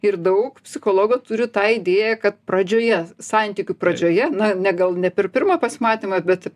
ir daug psichologų turi tą idėją kad pradžioje santykių pradžioje na ne gal ne per pirmą pasimatymą bet